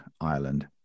Ireland